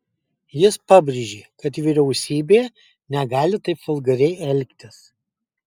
jis pabrėžė kad vyriausybė negali taip vulgariai elgtis